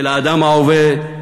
של האדם העובד.